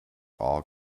all